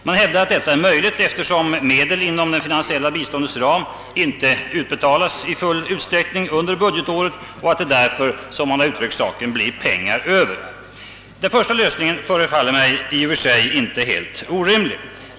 Man hävdar att detta är möjligt, eftersom medel inom det finansiella biståndets ram inte utbetalas i full utsträckning under budgetåret och att det därför, som det har uttryckts, blir pengar över. ::> Den första tolkningen förefaller mig i och för sig inte helt orimlig.